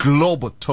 Global